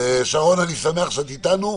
שרון, אני שמח שאת איתנו.